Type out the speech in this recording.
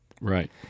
Right